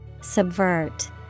Subvert